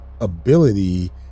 ability